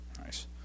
nice